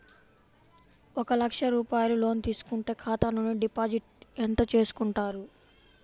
ఒక లక్ష రూపాయలు లోన్ తీసుకుంటే ఖాతా నుండి డిపాజిట్ ఎంత చేసుకుంటారు?